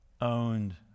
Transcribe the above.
owned